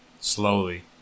slowly